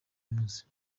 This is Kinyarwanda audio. munsi